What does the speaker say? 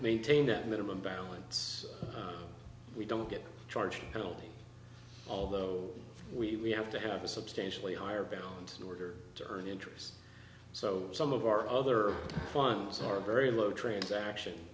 maintain that minimum balance we don't get charged penalty although we have to have a substantially higher balance order to earn interest so some of our other funds are very low transaction